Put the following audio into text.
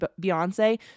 Beyonce